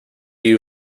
you